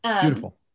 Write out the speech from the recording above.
Beautiful